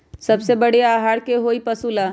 सबसे बढ़िया आहार का होई पशु ला?